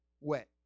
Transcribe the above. wet